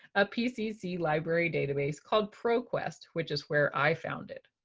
a pcc library database called proquest, which is where i found it.